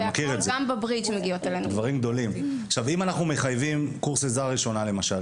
אם אנחנו מחייבים קורס עזרה ראשונה, למשל